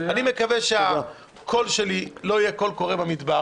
אני מקווה שהקול שלי לא יהיה קול קורא במדבר